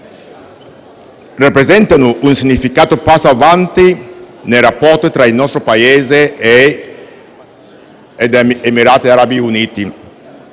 rappresentano un significativo passo in avanti nei rapporti tra il nostro Paese e gli Emirati Arabi Uniti